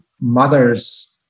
mother's